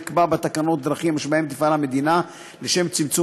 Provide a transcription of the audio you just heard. יקבע בתקנות דרכים שבהן תפעל המדינה לשם צמצום